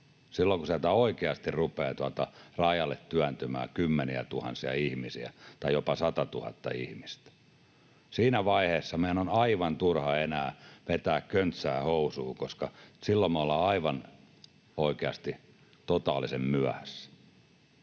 silloin kun sieltä oikeasti rupeaa rajalle työntymään kymmeniätuhansia ihmisiä tai jopa satatuhatta ihmistä. Siinä vaiheessa meidän on aivan turha enää vetää köntsää housuun, koska silloin me ollaan aivan oikeasti totaalisen myöhässä.